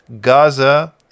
Gaza